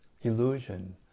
illusion